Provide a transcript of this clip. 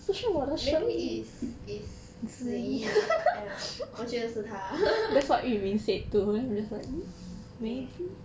maybe is is zhi yi ya 我觉得是他 ya